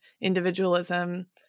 individualism